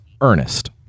Ernest